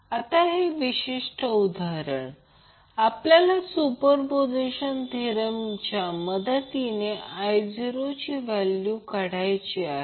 आता हे विशिष्ट उदाहरण आपल्याला सुपरपोझिशन थेरम याच्या मदतीने I0 ची व्हॅल्यू काढायची आहे